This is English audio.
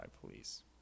police